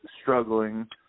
struggling